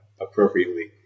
appropriately